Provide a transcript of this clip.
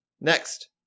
Next